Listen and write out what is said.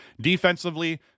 Defensively